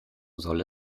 soll